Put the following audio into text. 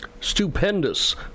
Stupendous